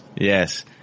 yes